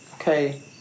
Okay